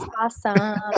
awesome